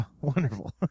Wonderful